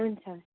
हुन्छ